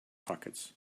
pockets